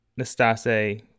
Nastase